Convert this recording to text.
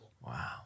Wow